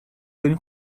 برین